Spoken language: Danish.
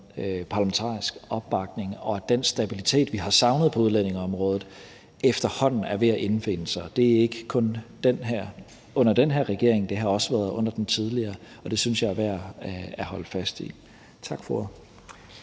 parlamentarisk opbakning, og at den stabilitet, vi har savnet på udlændingeområdet, efterhånden er ved at indfinde sig, og det er ikke kun under den her regering, det har også været under den tidligere. Det synes jeg er værd at holde fast i. Tak for